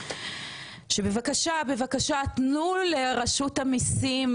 שבבקשה תתנו לרשות המיסים,